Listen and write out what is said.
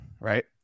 Right